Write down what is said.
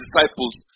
disciples